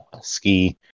ski